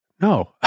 no